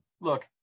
look